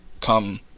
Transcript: come